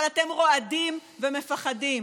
אבל אתם רועדים ומפחדים,